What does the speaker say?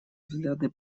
взгляды